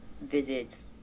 visits